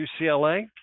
UCLA